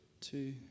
two